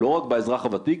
לא רק באזרח הוותיק,